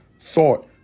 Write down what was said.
thought